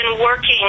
working